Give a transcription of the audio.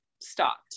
stopped